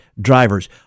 drivers